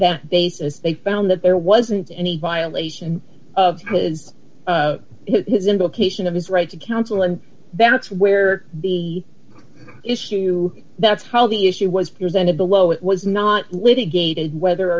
that basis they found that there wasn't any violation of his his invocation of his right to counsel and that's where the issue that's how the issue was presented below it was not litigated whether